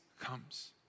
comes